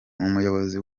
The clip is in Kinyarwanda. umuyobozi